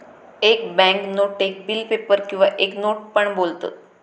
एक बॅन्क नोटेक bill paper किंवा एक नोट पण बोलतत